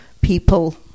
people